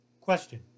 Question